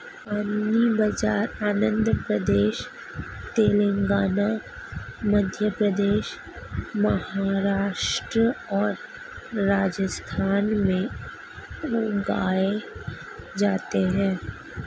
कंगनी बाजरा आंध्र प्रदेश, तेलंगाना, मध्य प्रदेश, महाराष्ट्र और राजस्थान में उगाया जाता है